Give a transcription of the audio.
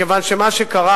מכיוון שמה שקרה,